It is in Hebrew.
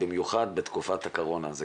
במיוחד בתקופת הקורונה.